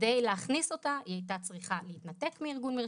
וכדי להכניס אותה היא הייתה צריכה להתנתק מארגון מרשם.